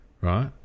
Right